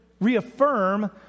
reaffirm